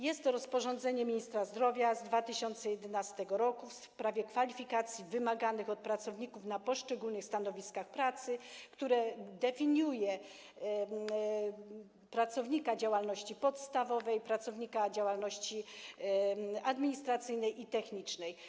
Jest rozporządzenie ministra zdrowia z 2011 r. w sprawie kwalifikacji wymaganych od pracowników na poszczególnych stanowiskach pracy, które definiuje kwalifikacje pracownika działalności podstawowej, pracownika działalności administracyjnej i technicznej.